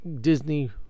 Disney